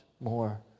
more